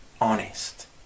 honest